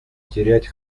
терять